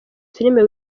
filime